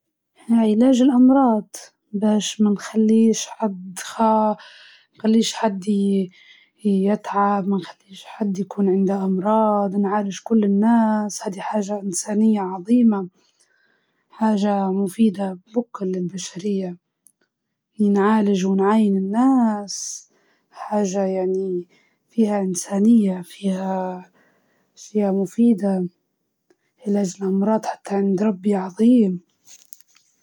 علاج الأمراض أكيد، تخيل إنك تجدر تنقذ ناس، وتخفف ألمهم، أما التحكم بالعقول ما منه فايدة ولا مغزى، ونوعا ما حاجة ضد الإنسانية إنه يداها شخص ما عندهش ضمير، المفروض نخلوا الناس أحرار.